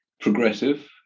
progressive